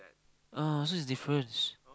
ah so is difference